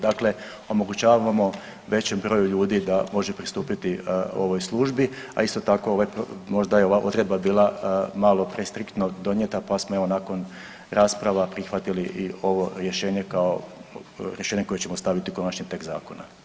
Dakle, omogućavamo većem broju ljudi da može pristupiti ovoj službi, a isto tako, možda je ova odredba bila malo prestriktno donijeta pa smo evo, nakon rasprava prihvatili i ovo rješenje kao rješenje koje ćemo staviti u konačni tekst zakona.